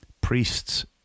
priests